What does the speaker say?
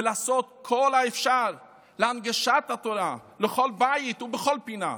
ולעשות את כל האפשר להנגשת התורה לכל בית ובכל פינה,